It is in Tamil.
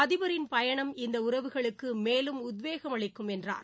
அதிபரின் பயணம் இந்த உறவுகளுக்குமேலும் உத்வேகம் அளிக்கும் என்றார்